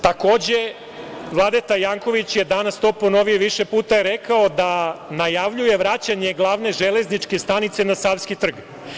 Takođe, Vladeta Janković je danas to ponovio više puta i rekao da najavljuje vraćanje Glavne železničke stanice na Savski trg.